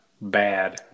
bad